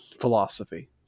philosophy